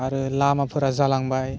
आरो लामाफोरा जालांबाय